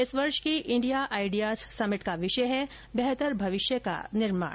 इस वर्ष के इंडिया आइडियाज समिट का विषय है बेहतर भविष्य का निर्माण